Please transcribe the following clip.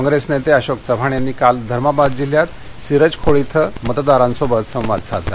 काँग्रत्तनत्तिशोक चव्हाण यांनी काल धर्माबाद जिल्ह्यात सिरजखोड इथं मतदारांसोबत संवाद साधला